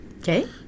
Okay